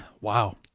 Wow